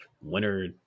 Winner